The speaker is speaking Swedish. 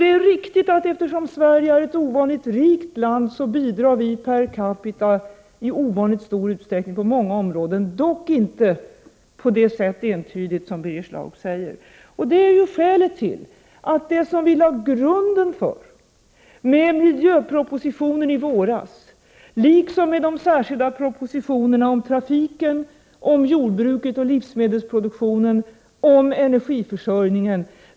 Det är riktigt att Sverige som ett ovanligt rikt land bidrar i ovanligt stor utsträckning per capita på många områden — dock inte entydigt på det sätt som Birger Schlaug säger. Det är skälet till att regeringen lade grunden med miljöpropositionen i våras liksom med de senaste propositionerna om trafiken, om jordbruket och livsmedelsproduktionen och om energiförsörjningen.